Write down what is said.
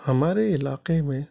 ہمارے علاقے میں